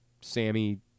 Sammy